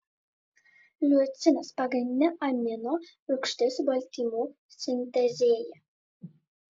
leucinas pagrindinė amino rūgštis baltymų sintezėje